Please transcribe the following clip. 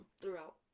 throughout